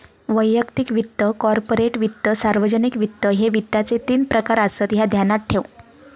वैयक्तिक वित्त, कॉर्पोरेट वित्त, सार्वजनिक वित्त, ह्ये वित्ताचे तीन प्रकार आसत, ह्या ध्यानात ठेव